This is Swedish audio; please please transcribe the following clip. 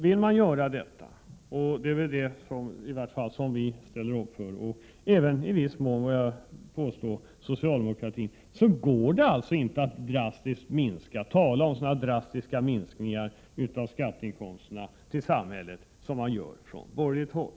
Vill man göra detta, vilket i varje fall vi ställer oss bakom och, skulle jag vilja påstå, även socialdemokraterna i viss mån, går det alltså inte att drastiskt minska skatteinkomsterna till samhället, vilket man talar om från borgerligt håll.